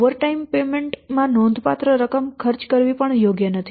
overtime payment માં નોંધપાત્ર રકમ ખર્ચ કરવી પણ યોગ્ય નથી